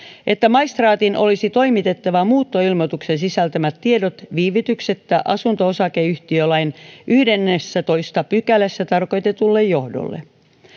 että maistraatin olisi toimitettava muuttoilmoituksen sisältämät tiedot viivytyksettä asunto osakeyhtiölain yhdennessätoista pykälässä tarkoitetulle johdolle